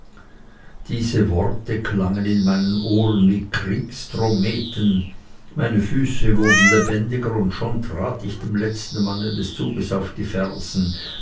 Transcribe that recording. diese worte klangen in meinen ohren wie kriegsdrometen meine füße wurden lebendiger und schon trat ich dem letzten manne des zuges auf die fersen